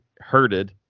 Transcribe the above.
herded